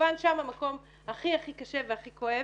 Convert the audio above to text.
וכמובן שם המקום הכי-הכי קשה והכי כואב.